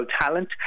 talent